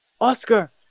Oscar